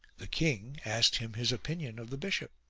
the king asked him his opinion of the bishop.